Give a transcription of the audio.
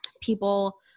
people